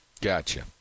Gotcha